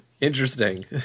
Interesting